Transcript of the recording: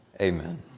Amen